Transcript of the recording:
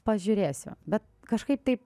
pažiūrėsiu bet kažkaip taip